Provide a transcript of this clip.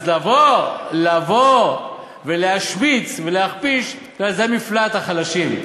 אז לבוא ולהשמיץ ולהכפיש, זה מפלט החלשים.